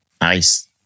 Nice